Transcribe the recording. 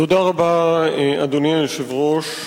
אדוני היושב-ראש,